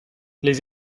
les